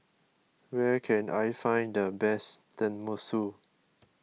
where can I find the best Tenmusu